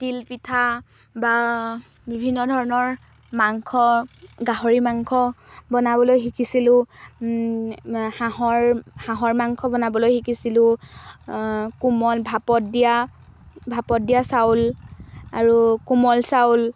তিল পিঠা বা বিভিন্ন ধৰণৰ মাংস গাহৰি মাংস বনাবলৈ শিকিছিলোঁ হাঁহৰ হাঁহৰ মাংস বনাবলৈ শিকিছিলোঁ কোমল ভাপত দিয়া ভাপত দিয়া চাউল আৰু কোমল চাউল